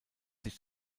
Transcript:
sich